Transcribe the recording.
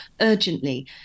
urgently